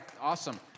awesome